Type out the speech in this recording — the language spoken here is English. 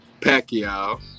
Pacquiao